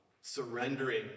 Surrendering